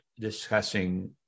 discussing